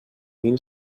mil